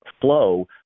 flow